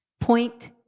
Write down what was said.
Point